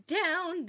down